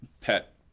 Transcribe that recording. pet